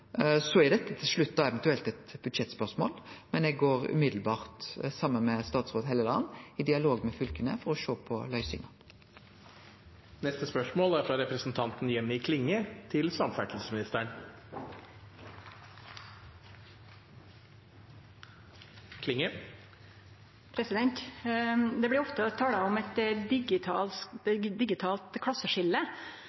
Til slutt er dette eventuelt eit budsjettspørsmål. Men eg går straks saman med statsråd Hofstad Helleland i dialog med fylka for å sjå på løysingar. «Det vert ofte tala om eit digitalt klasseskilje. No er det i ferd med å bli eit